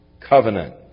covenant